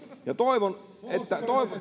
toivon että